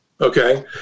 Okay